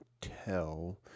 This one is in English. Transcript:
tell